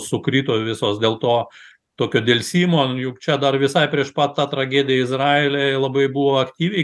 sukrito visos dėl to tokio delsimo juk čia dar visai prieš pat tą tragediją izraely labai buvo aktyviai